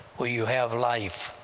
will you have life.